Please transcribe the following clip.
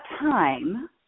time